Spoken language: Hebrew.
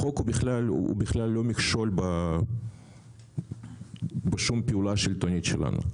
החוק הוא בכלל לא מכשול בשום פעולה שלטונית שלנו,